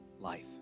life